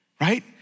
Right